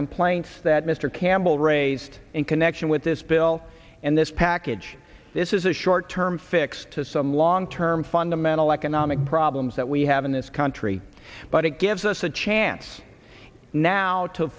complaints that mr campbell raised in connection with this bill and this package this is a short term fix to some long term fundamental economic problems that we have in this country but it gives us a chance now to